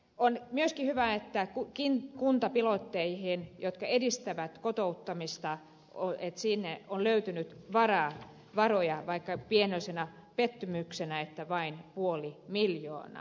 on myöskin hyvä että kuntapilotteihin jotka edistävät kotouttamista on löytynyt varoja vaikka pienoisena pettymyksenä on se että vain puoli miljoonaa